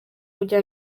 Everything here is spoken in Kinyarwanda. kugira